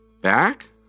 Back